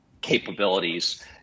capabilities